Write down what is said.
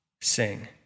sing